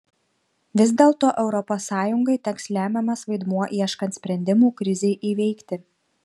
vis dėlto europos sąjungai teks lemiamas vaidmuo ieškant sprendimų krizei įveikti